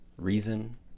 reason